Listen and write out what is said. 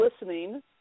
listening